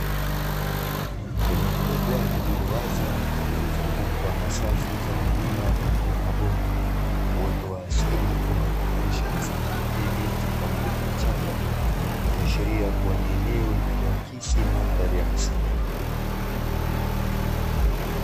Eneo kubwa lililo wazi lililo zungukwa na safu za milima pamoja na mabonde na uoto wa asili unaojumuisha nyasi fupi, miti pamoja na vichaka, ikiashiria kuwa ni eneo linalohakisi mandhari ya misitu.